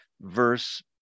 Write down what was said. verse